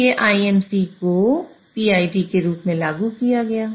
इसलिए IMC को PID के रूप में लागू किया गया